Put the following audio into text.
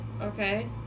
okay